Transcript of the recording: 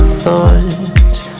thoughts